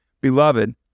beloved